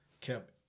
kept